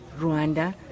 Rwanda